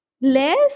less